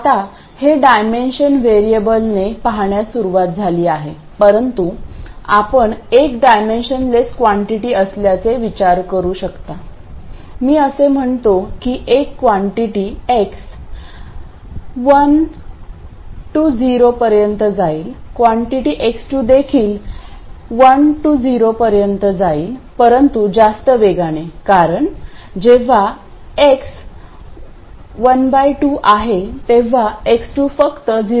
आता हे डायमेंशन व्हेरिएबलने पहाण्यास सुरवात झाली आहे परंतु आपण एक डायमेन्शनलेस क्वांटीटी असल्याचे विचार करू शकता मी असे म्हणतो की एक क्वांटीटी x 1 ते 0 पर्यंत जाईलक्वांटीटी x2 देखील 1 ते 0 पर्यंत जाईल परंतु जास्त वेगाने कारण जेव्हा x 12 आहे तेव्हा x2 फक्त 0